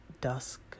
dusk